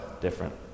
different